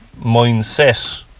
mindset